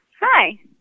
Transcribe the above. Hi